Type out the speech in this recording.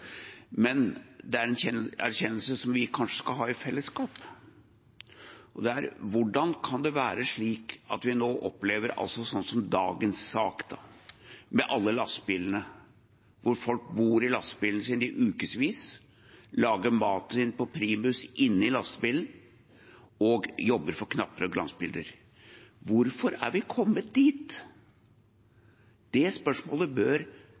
Men det er en erkjennelse som vi kanskje skal ha i fellesskap, og det er: Hvordan kan det være slik som vi nå opplever – som i dagens sak – med alle lastebilene, hvor folk bor i lastebilen sin i ukesvis, lager maten sin på primus inne i lastebilen og jobber for knapper og glansbilder? Hvorfor er vi kommet dit? Det spørsmålet bør